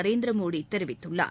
நரேந்திர மோடி தெரிவித்துள்ளார்